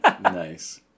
nice